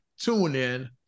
TuneIn